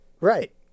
right